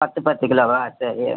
பத்து பத்து கிலோவா சரி